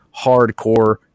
hardcore